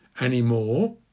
Anymore